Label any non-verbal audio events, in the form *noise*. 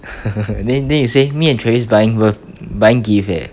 *laughs* then then you say me and travis buying birth~ buying gift eh